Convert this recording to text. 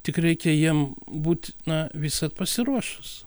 tik reikia jiem būt na visad pasiruošus